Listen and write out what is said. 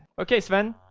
okay sven,